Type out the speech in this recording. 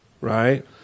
right